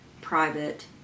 private